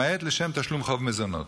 למעט לשם תשלום חוב מזונות.